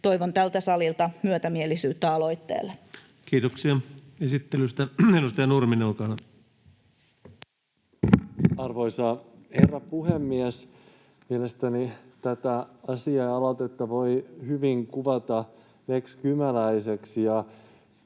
toivon tältä salilta myötämielisyyttä aloitteelle. Kiitoksia esittelystä. — Edustaja Nurminen, olkaa hyvä. Arvoisa herra puhemies! Mielestäni tätä asiaa ja aloitetta voi hyvin kuvata Lex Kymäläiseksi.